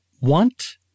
want